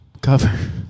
cover